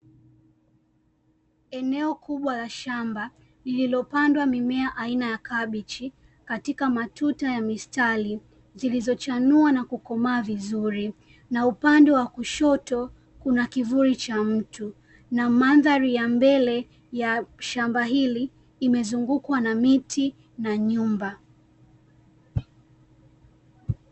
Eneo kubwa la shamba lililopandwa mimea aina ya kabichi, katika matuta ya mistari zilizochanua na kukomaa vizuri. Na upande wa kushoto kuna kivuli cha mtu. Na mandhari ya mbele ya shamba hili imezungukwa na miti na nyumba.